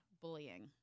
bullying